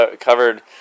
covered